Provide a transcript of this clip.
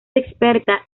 experta